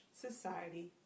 society